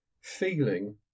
feeling